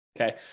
Okay